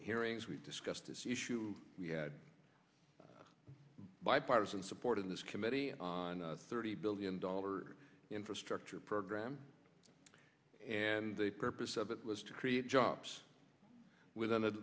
hearings we discussed this issue we had bipartisan support in this committee on a thirty billion dollar infrastructure program and the purpose of it was to create jobs with